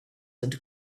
and